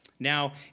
Now